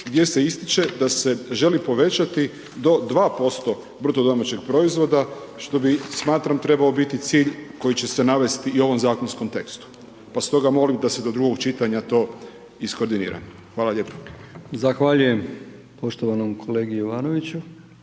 gdje se ističe da se želi povećati do 2% BDP-a, što bi smatram, trebao biti cilj koji će navesti i u ovom zakonskom tekstu. Pa stoga molim da se do drugog čitanja to iskoordinira. Hvala lijepo. **Brkić, Milijan (HDZ)** Zahvaljujem poštovanom kolegi Jovanoviću.